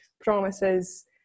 promises